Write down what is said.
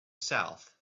south